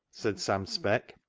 said sam speck.